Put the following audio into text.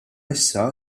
issa